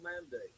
mandate